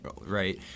right